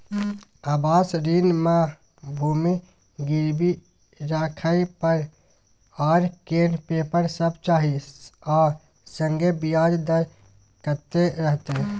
आवास ऋण म भूमि गिरवी राखै पर आर कोन पेपर सब चाही आ संगे ब्याज दर कत्ते रहते?